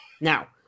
Now